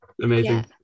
Amazing